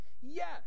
Yes